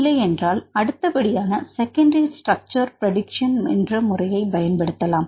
இல்லை என்றால் அடுத்த படியான செகண்டரி ஸ்டிரக்சரஸ் பிரடிக்சன் என்ற முறையை பயன்படுத்தலாம்